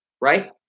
right